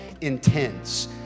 intense